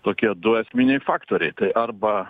tokie du esminiai faktoriai tai arba